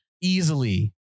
Easily